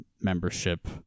membership